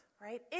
right